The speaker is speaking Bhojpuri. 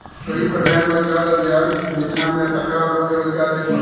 गरीब कल्याण रोजगार अभियान योजना में सरकार लोग के रोजगार देत हवे